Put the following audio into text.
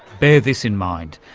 bear this in mind,